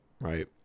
right